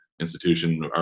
institution